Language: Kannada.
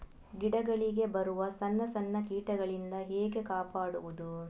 ಗಿಡಗಳಿಗೆ ಬರುವ ಸಣ್ಣ ಸಣ್ಣ ಕೀಟಗಳಿಂದ ಹೇಗೆ ಕಾಪಾಡುವುದು?